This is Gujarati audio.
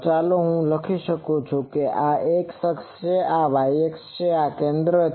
ચાલો હું અહી લખું છું કે આ X અક્ષ છે આ Y અક્ષ છે આ કેન્દ્ર છે